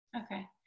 okay